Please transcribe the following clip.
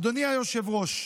אדוני היושב-ראש,